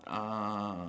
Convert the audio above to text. uh